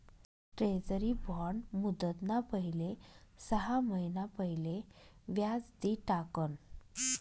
treasury bond मुदतना पहिले सहा महिना पहिले व्याज दि टाकण